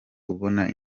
ubona